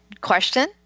question